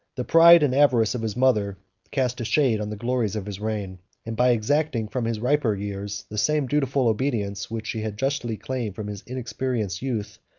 the pride and avarice of his mother cast a shade on the glories of his reign an by exacting from his riper years the same dutiful obedience which she had justly claimed from his unexperienced youth,